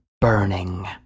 burning